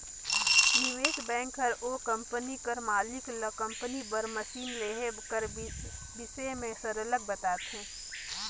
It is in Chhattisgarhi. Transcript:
निवेस बेंक हर ओ कंपनी कर मालिक ल कंपनी बर मसीन लेहे कर बिसे में सरलग बताथे